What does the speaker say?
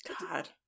God